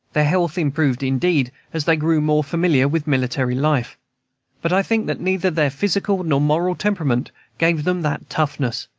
their health improved, indeed, as they grew more familiar with military life but i think that neither their physical nor moral temperament gave them that toughness,